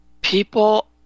people